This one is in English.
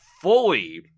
fully